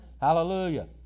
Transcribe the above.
Hallelujah